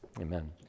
Amen